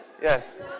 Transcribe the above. Yes